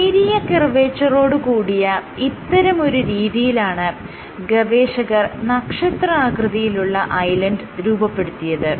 നേരിയ കർവേച്ചറോട് കൂടിയ ഇത്തരമൊരു രീതിയിലാണ് ഗവേഷകർ നക്ഷത്രാകൃതിയിലുള്ള ഐലൻഡ് രൂപപ്പെടുത്തിയത്